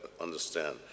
understand